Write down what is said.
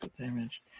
Damage